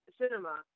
cinema